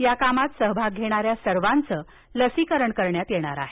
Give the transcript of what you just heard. या कामात सहभाग घेणाऱ्या सर्वांचं लसीकरण करण्यात येणार आहे